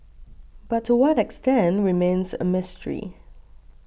but to what extent remains a mystery